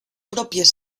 pròpies